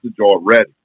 already